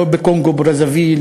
לא בקונגו-ברזוויל,